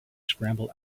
scramble